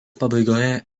pabaigoje